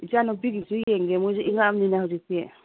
ꯏꯆꯥ ꯅꯨꯄꯤꯒꯤꯁꯨ ꯌꯦꯡꯒꯦ ꯃꯣꯏꯖꯨ ꯏꯪꯉꯛꯑꯃꯤꯅ ꯍꯧꯖꯤꯛꯇꯤ